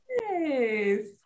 Yes